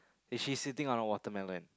is she sitting on a watermelon